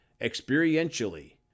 experientially